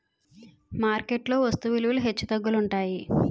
market లో వస్తు విలువలు హెచ్చుతగ్గులు ఉంటాయి